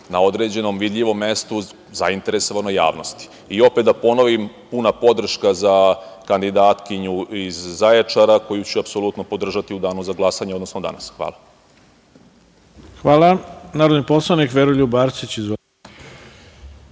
na određenom vidljivom mestu zainteresovanoj javnosti? Opet da ponovim, puna podrška za kandidatkinju iz Zaječara, koju ću apsolutno podržati u danu za glasanje, odnosno danas. Hvala. **Ivica Dačić** Hvala. Narodni poslanik Veroljub Arsić. Izvolite.